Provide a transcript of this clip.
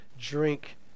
drink